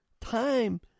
time